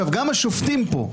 גם השופטים פה,